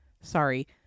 sorry